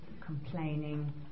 complaining